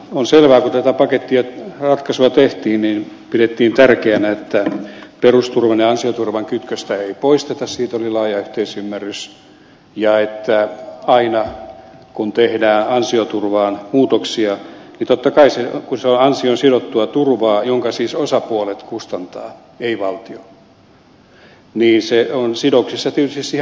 on selvää kun tätä pakettiratkaisua tehtiin pidettiin tärkeänä että perusturvan ja ansioturvan kytköstä ei poisteta siitä oli laaja yhteisymmärrys ja aina kun tehdään ansioturvaan muutoksia niin totta kai kun se on ansioon sidottua turvaa jonka siis osapuolet kustantavat ei valtio se on sidoksissa tietysti siihen palkkatasoon